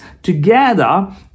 together